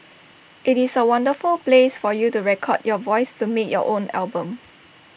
IT is A wonderful place for you to record your voice to make your own album